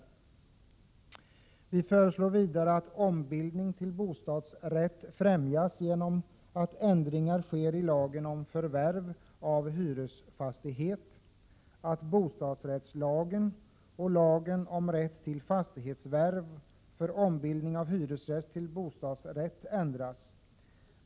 e Vi föreslår att ombildning till bostadsrätt främjas genom att ändringar sker i lagen om förvärv av hyresfastighet och att bostadsrättslagen och lagen om rätt till fastighetsförvärv för ombildning av hyresrätt till bostadsrätt ändras.